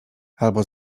albo